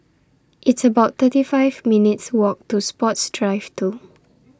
It's about thirty five minutes' Walk to Sports Drive two